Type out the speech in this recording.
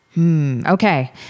Okay